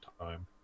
time